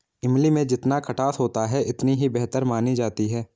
इमली में जितना खटास होता है इतनी ही बेहतर मानी जाती है